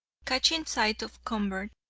catching sight of convert,